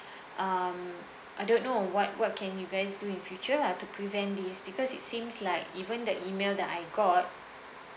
um I don't know what what can you guys do in future uh to prevent this because it seems like even the email that I got